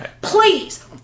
Please